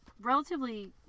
relatively